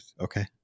okay